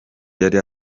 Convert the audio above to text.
yari